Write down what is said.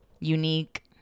unique